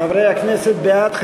חברי הכנסת, בעד,